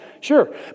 Sure